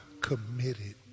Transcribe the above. committed